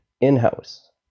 in-house